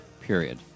period